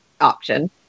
option